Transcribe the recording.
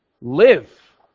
live